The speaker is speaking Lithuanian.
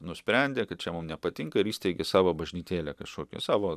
nusprendė kad čia mum nepatinka ir įsteigė savo bažnytėlę kažkokią savo